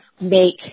make